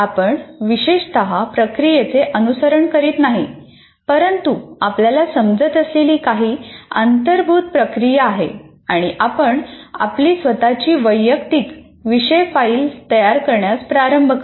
आपण विशेषत प्रक्रियेचे अनुसरण करीत नाही परंतु आपल्याला समजत असलेली काही अंतर्भूत प्रक्रिया आहे आणि आपण आपली स्वतःची वैयक्तिक विषय फाइल तयार करण्यास प्रारंभ करता